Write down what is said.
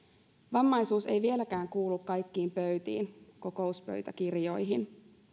vammaisuus ei vieläkään kuulu kaikkiin pöytiin kokouspöytäkirjoihin